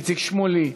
איציק שמולי,